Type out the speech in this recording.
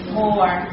more